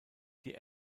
die